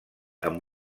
amb